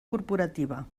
corporativa